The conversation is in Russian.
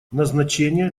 назначение